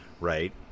right